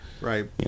Right